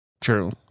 True